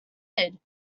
added